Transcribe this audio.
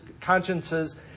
consciences